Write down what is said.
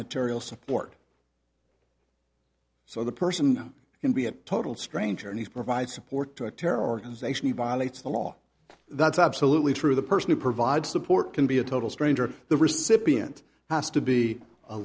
material support so the person can be a total stranger and he provides support to a terror organization he violates the law that's absolutely true the person who provides support can be a total stranger the recipient has to be a